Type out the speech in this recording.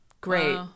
Great